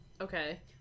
Okay